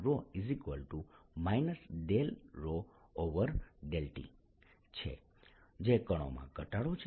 J D2 ∂tછે જે કણોમાં ઘટાડો છે